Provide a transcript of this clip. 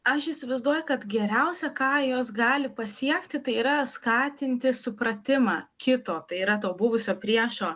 aš įsivaizduoju kad geriausia ką jos gali pasiekti tai yra skatinti supratimą kito tai yra to buvusio priešo